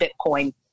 Bitcoin